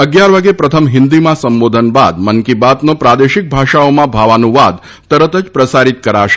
અગીયાર વાગે પ્રથમ હિન્દીમાં સંબોધન બાદ મન કી બાતનો પ્રાદેશિક ભાષાઓમાં ભાવાનુવાદ તરત જ પ્રસારિત કરાશે